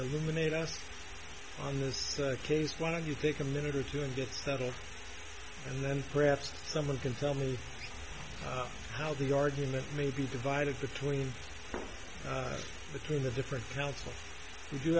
eliminate us on this case why don't you take a minute or two and get settled and then perhaps someone can tell me how the argument may be divided between between the different counsel if you